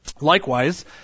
Likewise